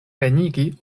venigi